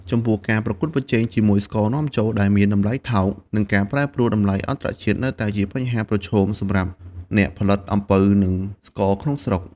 ចំពោះការប្រកួតប្រជែងជាមួយស្ករនាំចូលដែលមានតម្លៃថោក និងការប្រែប្រួលតម្លៃអន្តរជាតិនៅតែជាបញ្ហាប្រឈមសម្រាប់អ្នកផលិតអំពៅ និងស្ករក្នុងស្រុក។